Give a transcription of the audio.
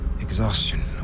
exhaustion